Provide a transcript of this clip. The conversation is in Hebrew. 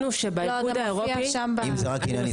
אם התמרוק מיועד לשימוש באזור החזה של נשים מניקות,